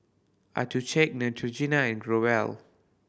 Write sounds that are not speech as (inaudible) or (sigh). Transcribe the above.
(unintelligible) Neutrogena and Growell